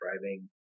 driving